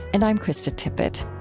and i'm krista tippett